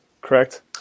correct